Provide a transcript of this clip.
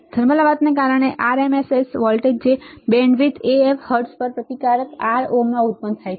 thermal અવાજને કારણે RMS voltage જે બેન્ડવિડ્થ Af હર્ટ્ઝ પર પ્રતિકારક R ઓહ્મ માં ઉત્પન્ન થાય છે